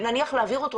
ונניח להעביר אותו,